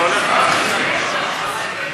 שר מקצועי יוצא החוצה ושר שלא מבין,